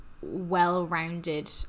well-rounded